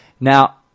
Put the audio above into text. Now